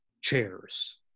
chairs